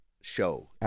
show